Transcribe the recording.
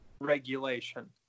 regulation